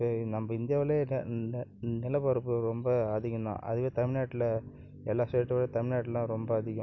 இப்போ நம்ப இந்தியாவில் ந ந நிலப்பரப்பு ரொம்ப அதிகம்தான் அதுவே தமிழ்நாட்டில் எல்லா ஸ்டேட்டை விட தமிழ்நாட்டில் தான் ரொம்ப அதிகம்